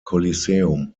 coliseum